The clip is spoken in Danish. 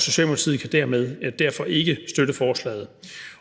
Socialdemokratiet kan derfor ikke støtte forslaget.